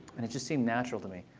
and it just seemed natural to me.